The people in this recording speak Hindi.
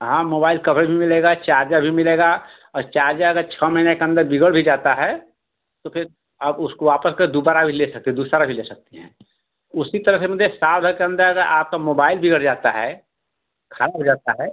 हाँ मोबाइल कभी भी मिलेगा चार्जर भी मिलेगा और चार्जर अगर छः महीना के अंदर बिगड़ भी जाता है तो फिर आप उसको वापस कर दोबारा भी ले सकती हैं दूसरा भी ले सकती हैं उसी तरह से मतलब ये साल भर के अंदर आपका मोबाइल बिगड़ जाता है खराब हो जाता है